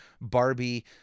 Barbie